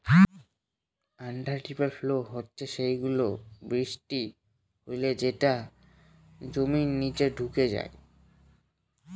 under river flow হচ্ছে সেই গুলো, বৃষ্টি হলে যেটা জমির নিচে ঢুকে যায়